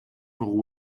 rudel